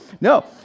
No